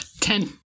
Ten